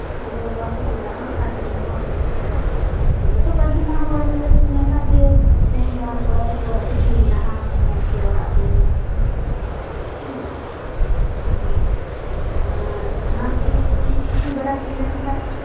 ᱜᱚᱜᱚ ᱵᱟᱵᱟ ᱠᱚ ᱪᱟᱞᱟᱜᱼᱟ ᱟᱛᱩᱨᱮᱱ ᱦᱚᱲ ᱠᱚᱠᱚ ᱪᱟᱞᱟᱜᱼᱟ ᱛᱚᱵᱮ ᱛᱚ ᱯᱟᱸᱪ ᱡᱚᱱᱟ ᱦᱚᱲ ᱢᱤᱞᱮ ᱠᱚ ᱧᱮᱞᱟ ᱡᱮ ᱦᱮᱸ ᱡᱟᱸᱣᱟᱭ ᱠᱚᱲᱟ ᱛᱟᱠᱚᱣᱟᱜ ᱠᱤᱪᱷᱩ ᱦᱮᱱᱟᱜᱼᱟ ᱢᱚᱸᱡᱽ ᱜᱮᱭᱟ ᱚᱲᱟᱜ ᱫᱩᱣᱟᱹᱨ ᱱᱚᱝᱠᱟ ᱦᱮᱸ ᱵᱟᱝ ᱟᱨ ᱚᱱᱟ ᱠᱚ ᱠᱩᱥᱤᱵᱟᱲᱟ ᱦᱩᱭ ᱞᱮᱱ ᱠᱷᱟᱡ